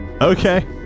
Okay